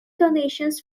donations